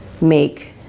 make